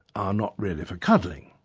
are not really for cuddling.